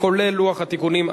כולל לוח התיקונים,